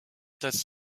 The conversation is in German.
dass